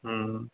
हम्म